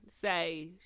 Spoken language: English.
say